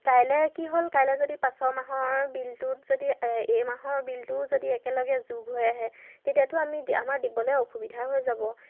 কাইলৈ কি হ'ল কাইলৈ যদি পাছৰ মাহৰ বিলটোত যদি এই মাহৰ বিলটো যদি একেলগে যোগ হৈ আহে তেতিয়াতো আমি আমাৰ দিবলৈ অসুবিধা হৈ যাব